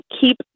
keep